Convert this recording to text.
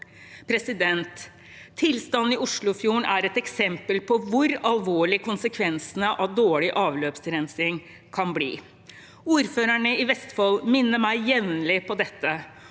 forhold. Tilstanden i Oslofjorden er et eksempel på hvor alvorlig konsekvensene av dårlig avløpsrensing kan bli. Ordførerne i Vestfold minner meg jevnlig på dette,